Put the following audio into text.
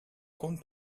compte